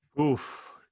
Oof